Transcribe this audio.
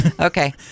Okay